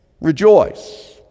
rejoice